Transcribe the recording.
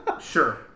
Sure